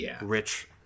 rich